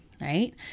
right